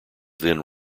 then